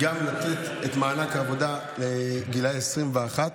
לתת את מענק העבודה לגילאי 21,